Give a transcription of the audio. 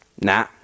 Nah